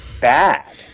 bad